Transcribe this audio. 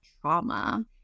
trauma